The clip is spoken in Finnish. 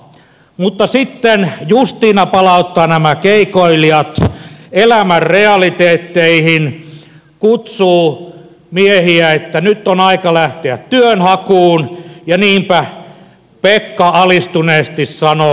mutta sitten justiina palauttaa nämä keekoilijat elämän realiteetteihin kutsuu miehiä että nyt on aika lähteä työnhakuun ja niinpä pekka alistuneesti sanoo